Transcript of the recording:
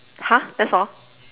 !huh! that's all